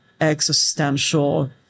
existential